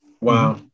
Wow